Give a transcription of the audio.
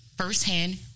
firsthand